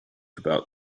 about